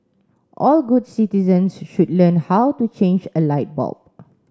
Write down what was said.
all good citizens should learn how to change a light bulb